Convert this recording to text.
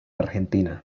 argentina